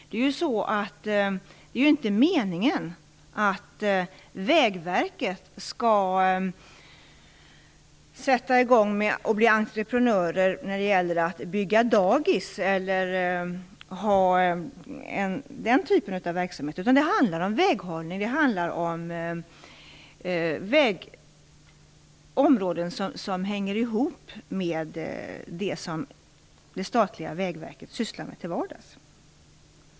Det är inte meningen att Vägverket skall bli entreprenör när det gäller att bygga dagis eller driva den typen av verksamhet, utan det handlar om väghållning och om områden som hänger ihop med det som det statliga Vägverket sysslar med till vardags.